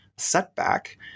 setback